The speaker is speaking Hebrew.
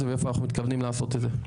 זה ואיפה אנחנו מתכוונים לעשות את זה?